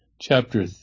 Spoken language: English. chapter